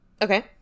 Okay